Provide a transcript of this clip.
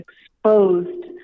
exposed